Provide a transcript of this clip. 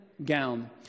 gown